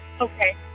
Okay